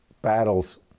battles